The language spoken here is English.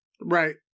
Right